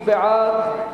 מי בעד,